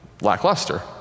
lackluster